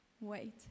Wait